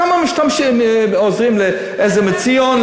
כמה עוזרים ל"עזר לציון",